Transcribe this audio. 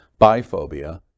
biphobia